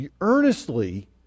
earnestly